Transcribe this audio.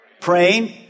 Praying